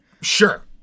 Sure